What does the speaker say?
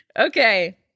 Okay